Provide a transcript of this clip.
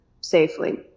safely